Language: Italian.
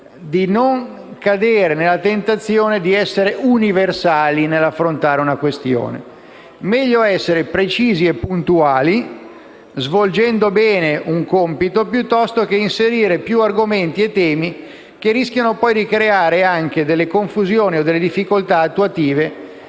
di non cadere nella tentazione di essere universali nell'affrontare una questione. È infatti meglio essere precisi e puntuali, svolgendo bene un compito, piuttosto che inserire più argomenti e temi che rischiano poi di creare confusioni o difficoltà attuative,